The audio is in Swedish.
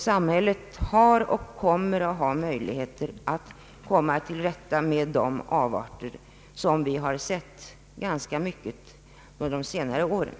Samhället har och kommer att ha möjligheter att komma till rätta med de avarter som vi har sett ganska många exempel på under de senare åren.